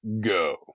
go